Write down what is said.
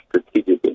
strategically